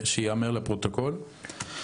שייאמר לפרוטוקול.